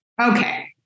Okay